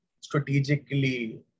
strategically